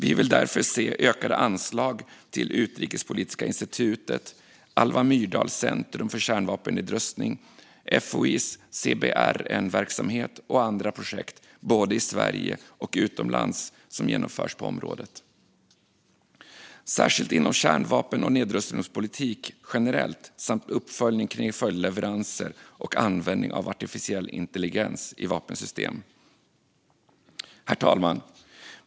Vi vill därför se ökade anslag till Utrikespolitiska institutet, Alva Myrdal-centrum för kärnvapennedrustning, FOI:s CBRN-verksamhet och andra projekt, både i Sverige och utomlands, som genomförs på området - särskilt inom kärnvapen och nedrustningspolitik generellt samt uppföljning kring följdleveranser och användning av artificiell intelligens i vapensystem. Herr talman!